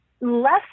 less